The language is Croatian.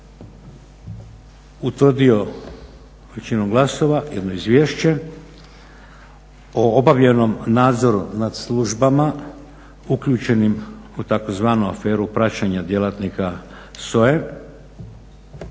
većinom glasova jedno izvješće o obavljenom nadzoru nad službama uključenim u tzv. aferu praćenja djelatnika SOA-e